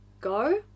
go